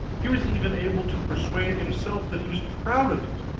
he was even able to persuade himself that he was proud of it.